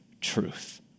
truth